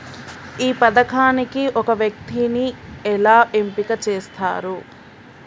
ఈ పథకానికి ఒక వ్యక్తిని ఎలా ఎంపిక చేస్తారు?